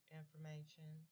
information